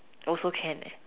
also can